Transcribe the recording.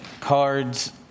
cards